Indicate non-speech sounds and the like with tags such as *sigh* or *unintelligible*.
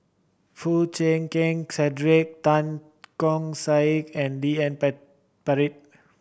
Foo Chee Keng Cedric Tan Keong Saik and D N *unintelligible* Pritt